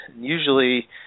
Usually